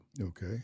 Okay